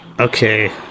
okay